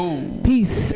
Peace